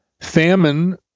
Famine